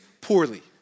poorly